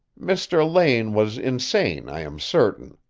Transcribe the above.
mr. lane was insane, i am certain.